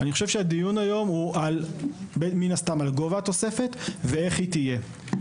הדיון היום הוא מן הסתם על גובה התוספת ואיך היא תהיה.